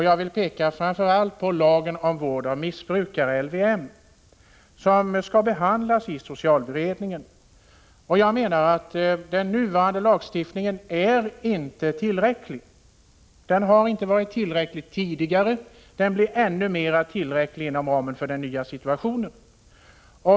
Jag vill framför allt peka på lagen om vård av missbrukare, LVM, som skall behandlas av socialberedningen. Jag menar att den lagstiftningen inte är tillräcklig. Den har inte varit tillräcklig tidigare, och den blir ännu mer otillräcklig inom ramen för den nya situationen.